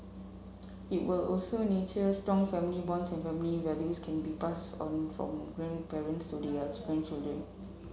it will also nurture strong family bonds and family values can be pass on from grandparents to their to grandchildren